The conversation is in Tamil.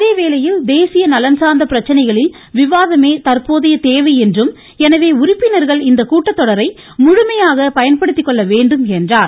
அதேவேளையில் தேசிய நலன்சார்ந்த பிரச்சனைகளில் விவாதமே தற்போதைய தேவை என்றும் எனவே உறுப்பினர்கள் இந்த கூட்டத்தொடரை முழுமையாக பயன்படுத்திக்கொள்ள வேண்டும் என்றும் கூறினார்